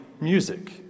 music